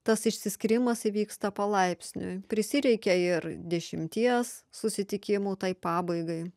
tas išsiskyrimas įvyksta palaipsniui prisireikia ir dešimties susitikimų tai pabaigai